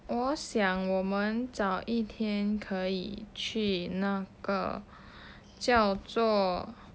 我想我们找一天可以去那个叫做